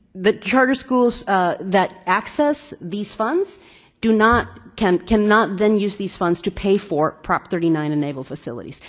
the charter schools that access these funds do not cannot cannot then use these funds to pay for prop. thirty nine enabled facilities.